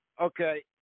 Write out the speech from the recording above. Okay